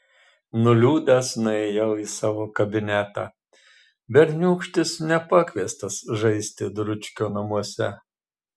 nuliūdęs nuėjau į savo kabinetą berniūkštis nepakviestas žaisti dručkio namuose